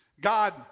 God